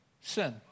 sin